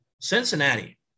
Cincinnati